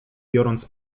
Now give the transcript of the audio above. biorąc